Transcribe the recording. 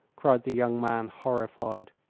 cried the young man, horrified.